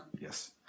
Yes